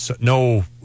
no